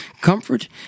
Comfort